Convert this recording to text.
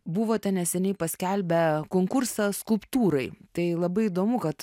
buvote neseniai paskelbę konkursą skulptūrai tai labai įdomu kad